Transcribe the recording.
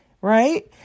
right